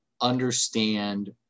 understand